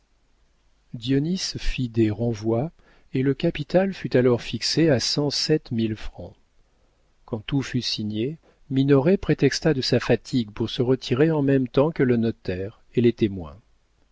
fit des renvois et le capital fut alors fixé à cent sept mille francs quand tout fut signé minoret prétexta de sa fatigue pour se retirer en même temps que le notaire et les témoins